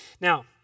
Now